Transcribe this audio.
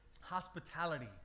hospitality